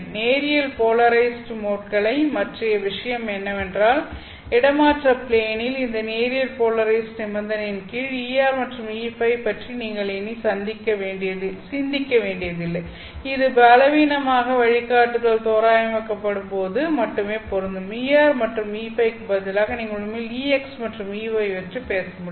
நேரியல் போலரைஸ்ட் மோட்களைப் பற்றிய விஷயம் என்னவென்றால் இடமாற்ற ப்ளேனில் இந்த நேரியல் போலரைஸ்ட் நிபந்தனையின் கீழ் Er மற்றும் Eϕ பற்றி நீங்கள் இனி சிந்திக்க வேண்டியதில்லை இது பலவீனமாக வழிகாட்டுதல் தோராயமாக்கப்படும்போது மட்டுமே பொருந்தும் Er மற்றும் Eϕ க்கு பதிலாக நீங்கள் உண்மையில் Ex மற்றும் Ey பற்றி பேச முடியும்